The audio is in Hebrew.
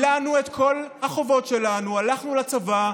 מילאנו את כל החובות שלנו, הלכנו לצבא,